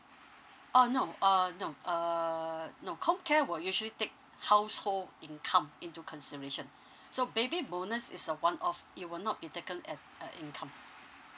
oh no err no err no com care will usually take household income into consideration so baby bonus is uh one off it will not be taken at a income